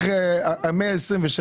אחרי 2027,